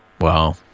Wow